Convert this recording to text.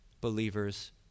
believers